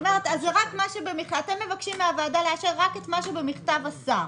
כלומר אתם מבקשים מן הוועדה לאשר רק את מה שבמכתב השר: